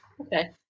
Okay